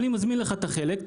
אני מזמין לך את החלק,